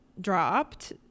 dropped